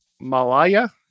Malaya